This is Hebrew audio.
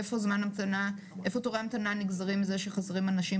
איפה תורי ההמתנה נגזרים מזה שחסרים אנשים